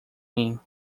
mim